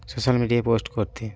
social মিডিয়ায় post করতে